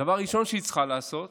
הדבר הראשון שהיא צריכה לעשות